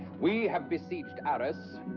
we have besieged arras.